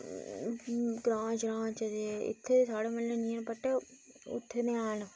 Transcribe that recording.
ग्रांऽ श्रांऽ च ते इत्थै साढ़े म्हल्ले नी हैन बट उत्थें ते हैन